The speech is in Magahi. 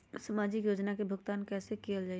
सामाजिक योजना से भुगतान कैसे कयल जाई?